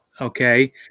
Okay